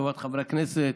לטובת חברי הכנסת,